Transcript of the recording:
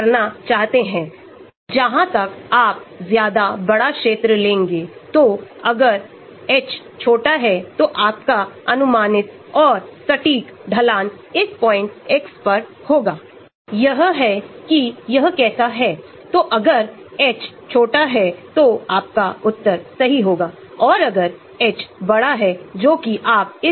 तो प्रॉपर्टी को स्वतंत्र चर कहा जाता है या कभी कभी आप इसे x कहते हैं और आश्रित चर को गतिविधि कहते हैं जिसे हम y कहते हैं तो अगर आपको याद है कि आपके आँकड़े हमें y फ़ंक्शन से मिलते हैं विभिन्न xs के